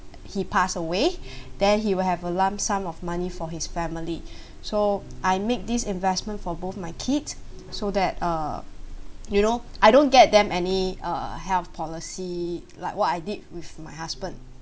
he pass away then he will have a lump sum of money for his family so I make this investment for both my kids so that uh you know I don't get them any uh health policy like what I did with my husband